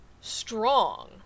strong